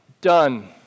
done